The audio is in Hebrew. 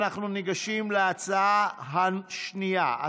אנחנו ניגשים להצעה השנייה,